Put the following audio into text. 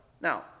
Now